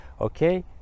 okay